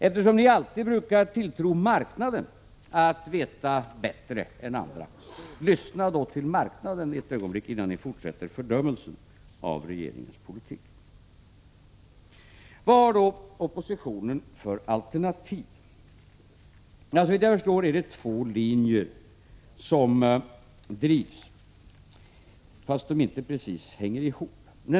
Eftersom ni brukar tilltro ”marknaden” om att veta bättre än andra — lyssna då ett ögonblick till ”marknaden” innan ni fortsätter fördömandet av regeringens politik! Vad har då oppositionen för alternativ? Såvitt jag förstår är det två linjer som drivs, trots att de inte precis hänger ihop.